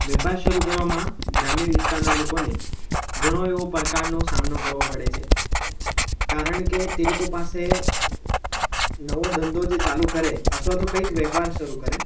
વેપાર શરૂ કરવામાં ગ્રામ્ય વિસ્તારના લોકોને ઘણો એવો પ્રકારનો સામનો કરવો પડે છે કારણ કે તે લોકો પાસે નવો ધંધો જે ચાલુ કરે અથવા તો કંઈક વેપાર શરૂ કરે